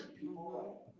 people